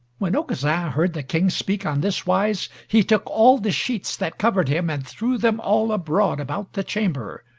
when aucassin heard the king speak on this wise, he took all the sheets that covered him, and threw them all abroad about the chamber.